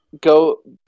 go